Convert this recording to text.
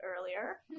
earlier